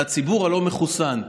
על הציבור הלא-מחוסן.